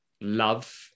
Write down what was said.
love